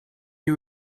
you